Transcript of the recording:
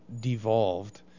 devolved